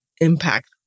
impact